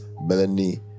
Melanie